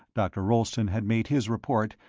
dr. rolleston had made his report,